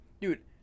Dude